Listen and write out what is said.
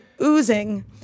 oozing